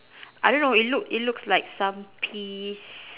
I don't know it look it looks like some peas